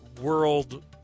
world